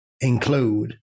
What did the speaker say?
include